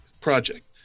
project